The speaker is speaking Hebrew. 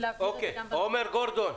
עומר גורדון,